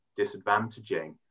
disadvantaging